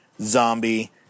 zombie